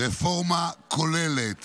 רפורמה כוללת